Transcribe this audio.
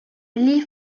lit